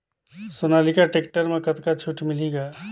Sonalika tractor म कतका छूट मिलही ग?